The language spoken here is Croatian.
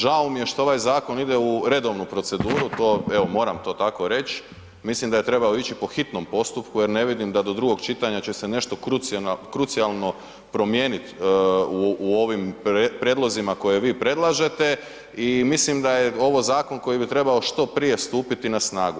Žao mi je što ovaj zakon ide u redovnu proceduru, to evo, moram to tako reći, mislim da je trebao ići po hitnom postupku jer ne vidim da do drugog čitanja će se nešto krucijalno promijeniti u ovim prijedlozima koje vi predlažete i mislim da je ovo zakon koji bi trebao što prije stupiti na snagu.